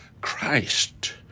Christ